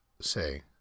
say